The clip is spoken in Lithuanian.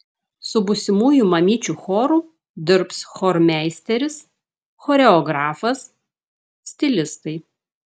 su būsimųjų mamyčių choru dirbs chormeisteris choreografas stilistai